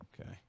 Okay